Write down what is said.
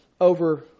over